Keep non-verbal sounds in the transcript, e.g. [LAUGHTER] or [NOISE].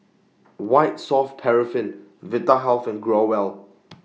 White Soft Paraffin Vitahealth and Growell [NOISE]